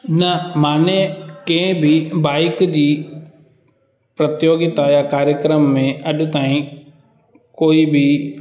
न माने कंहिं बि बाईक जी प्रतियोगिता या कार्यक्रम में अॼु ताईं कोई बि